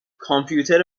کامپیوتر